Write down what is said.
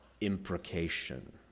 imprecation